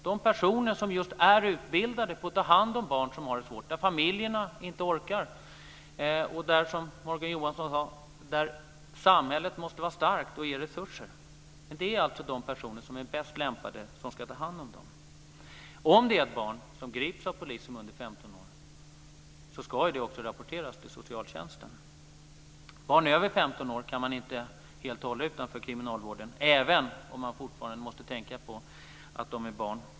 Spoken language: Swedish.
Det är personer som är utbildade för att just ta hand om barn som har det svårt, där familjerna inte orkar och där, som Morgan Johansson sade, samhället måste vara starkt och ge resurser. Men det är alltså de personer som är bäst lämpade som ska ta hand om dem. Om det är ett barn under 15 år som grips av polis, ska det också rapporteras till socialtjänsten. Barn över 15 år kan man inte helt hålla utanför kriminalvården, även om man fortfarande måste tänka på att de är barn.